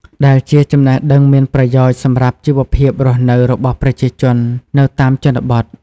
ដែលជាចំណេះដឹងមានប្រយោជន៍សម្រាប់ជីវភាពរស់នៅរបស់ប្រជាជននៅតាមជនបទ។